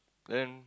then